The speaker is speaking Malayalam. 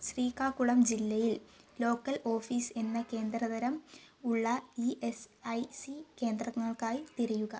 ശ്രീകാകുളം ജില്ലയിൽ ലോക്കൽ ഓഫീസ് എന്ന കേന്ദ്ര തരം ഉള്ള ഇ എസ് ഐ സി കേന്ദ്രങ്ങൾക്കായി തിരയുക